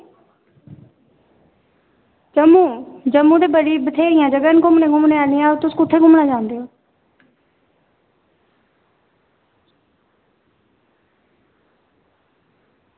जम्मू जम्मू दे बथ्हेरियां जगह न घुम्मनै आह्लियां ते तुस कुत्थें घुम्मना चाहंदे